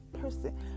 person